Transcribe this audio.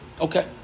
Okay